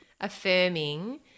affirming